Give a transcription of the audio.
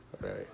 Right